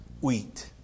wheat